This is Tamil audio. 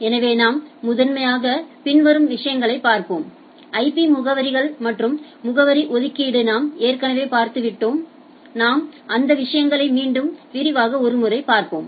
எனவே நாம் முதன்மையாக பின்வரும் விஷயங்களைப் பார்ப்போம் ஐபி முகவரிகள் மற்றும் முகவரி ஒதுக்கீடு நாம் ஏற்கனவே பார்த்து விட்டோம் நாம் விஷயங்களைத் மீண்டும் விரைவாக ஒருமுறை பார்ப்போம்